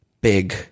big